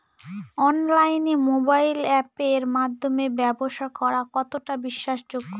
অনলাইনে মোবাইল আপের মাধ্যমে ব্যাবসা করা কতটা বিশ্বাসযোগ্য?